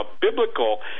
biblical